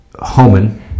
Homan